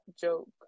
joke